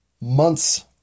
months